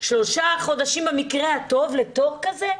שלושה חודשים במקרה הטוב לתור כזה?